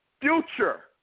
future